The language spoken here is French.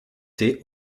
thé